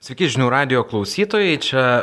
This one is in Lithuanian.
sveiki žinių radijo klausytojai čia